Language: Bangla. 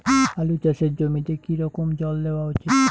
আলু চাষের জমিতে কি রকম জল দেওয়া উচিৎ?